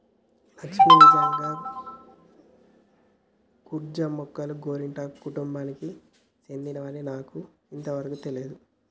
లక్ష్మీ నిజంగా కర్బూజా మొక్కలు గోరింటాకు కుటుంబానికి సెందినవని నాకు ఇంతవరకు తెలియదు